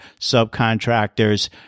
subcontractors